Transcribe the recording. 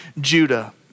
Judah